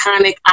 iconic